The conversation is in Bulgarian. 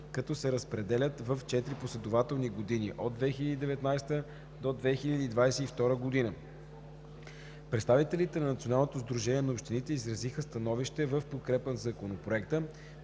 като се разпределят в четири последователни години – от 2019 г. до 2022 г. Представителите на Националното сдружение на общините изразиха становище в подкрепа на Законопроекта,